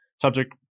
subject